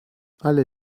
alle